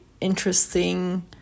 interesting